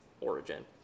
origin